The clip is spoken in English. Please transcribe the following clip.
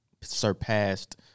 surpassed